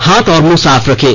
हाथ और मुंह साफ रखें